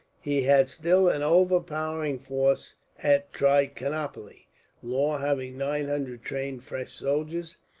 he had still an overpowering force at trichinopoli, law having nine hundred trained french soldiers,